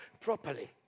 properly